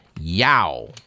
Yow